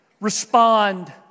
Respond